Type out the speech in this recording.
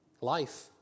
Life